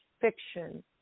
fiction